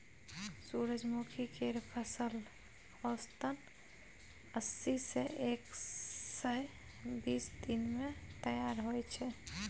सूरजमुखी केर फसल औसतन अस्सी सँ एक सय बीस दिन मे तैयार होइ छै